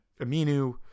Aminu